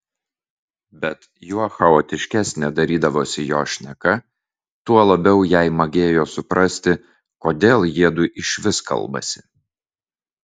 bet juo chaotiškesnė darydavosi jo šneka tuo labiau jai magėjo suprasti kodėl jiedu išvis kalbasi